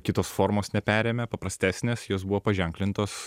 kitos formos neperėmė paprastesnės jos buvo paženklintos